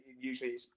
usually